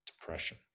depression